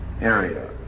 area